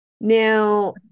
Now